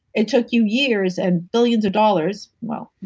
it took you years and billions of dollars, well,